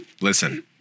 Listen